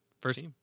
First